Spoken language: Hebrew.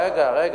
רגע.